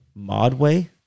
Modway